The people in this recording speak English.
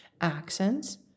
accents